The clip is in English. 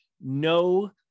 no